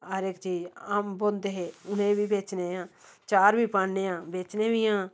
हर इक चीज अम्ब होंदे हे उ'नेंगी बी बेचने आं अचार बी पान्ने आं बेचने बी आं